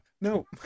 No